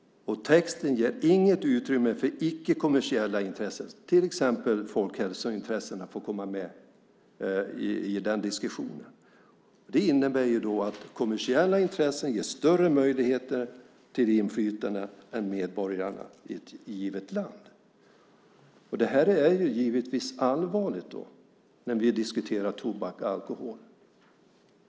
Texten ger inget utrymme för icke-kommersiella intressen, till exempel folkhälsointressena, att komma med i den diskussionen. Det innebär att kommersiella intressen ges större möjligheter till inflytande än medborgarna i ett givet land. Det här är givetvis allvarligt när vi diskuterar tobak och alkohol.